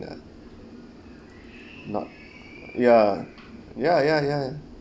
ya not ya ya ya ya ya